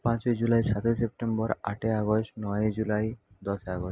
পাঁচই জুলাই সাতই সেপ্টেম্বর আটই অগাস্ট নয়ই জুলাই দশই অগাস্ট